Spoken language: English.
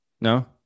No